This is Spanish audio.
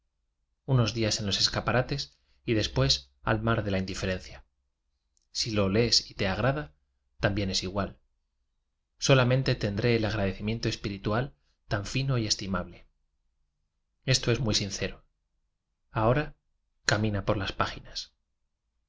provinciana unos de e esca araíes después al mar f a inc erenc a si lo lees y te agrada i ien es igual solamente tendré el agraci miento espiritual tan fino y estimable sr es muy sincero ahora camina por las paginas